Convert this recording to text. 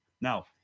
Now